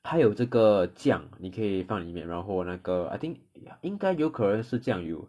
还有这个酱你可以放里面然后那个 I think ya 应该有可能是酱油